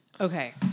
Okay